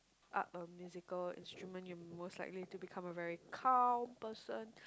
up a musical instrument you most likely to become a very calm person